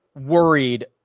worried